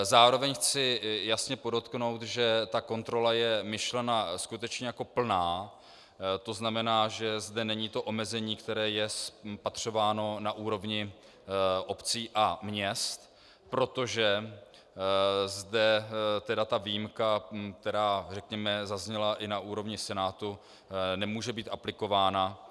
Zároveň chci jasně podotknout, že ta kontrola je myšlena skutečně jako plná, to znamená, že zde není to omezení, které je spatřováno na úrovni obcí a měst, protože zde ta výjimka, která řekněme zazněla i na úrovni Senátu, nemůže být aplikována.